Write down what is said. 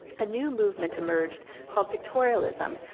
a new movement emerged called pictorialism,